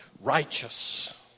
righteous